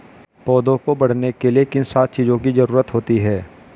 पौधों को बढ़ने के लिए किन सात चीजों की जरूरत होती है?